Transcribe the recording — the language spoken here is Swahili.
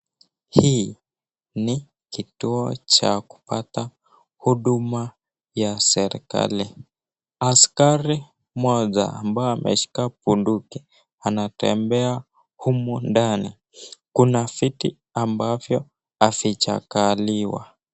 Hii ni kituo cha kupata huduma ya serikali. Askari mmoja ambao ameshika bunduki anatembea humu ndani. Kuna viti ambavyo havijakaliwa.